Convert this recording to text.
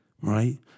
right